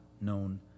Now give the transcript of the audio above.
known